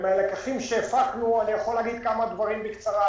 מהלקחים שהפקנו אני יכול להגיד כמה דברים בקצרה.